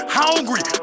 hungry